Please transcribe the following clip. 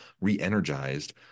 re-energized